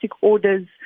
orders